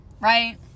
right